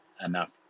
enough